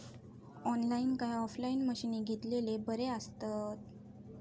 Online काय offline मशीनी घेतलेले बरे आसतात?